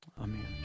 Amen